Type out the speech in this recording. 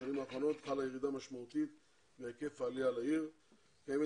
בשנים האחרונות חלה ירידה משמעותית בהיקף העלייה לעיר וקיימת